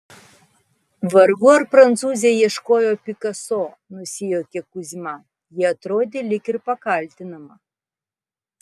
vargu ar prancūzė ieškojo pikaso nusijuokė kuzma ji atrodė lyg ir pakaltinama